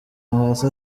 hasi